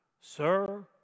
Sir